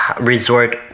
resort